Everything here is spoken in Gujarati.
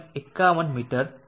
51 મીટર છે